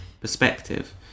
perspective